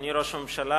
אדוני ראש הממשלה,